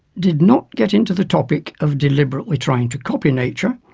did not get into the topic of deliberately trying to copy nature,